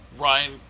Ryan